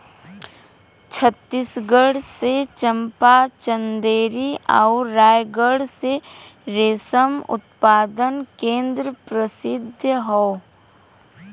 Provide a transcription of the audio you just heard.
छतीसगढ़ के चंपा, चंदेरी आउर रायगढ़ के रेशम उत्पादन केंद्र प्रसिद्ध हौ